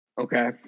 Okay